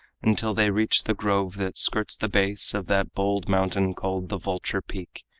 until they reached the grove that skirts the base of that bold mountain called the vulture-peak,